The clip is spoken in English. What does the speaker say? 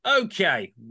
Okay